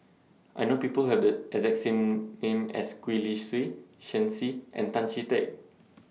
I know People Have The exact same name as Gwee Li Sui Shen Xi and Tan Chee Teck